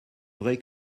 vrai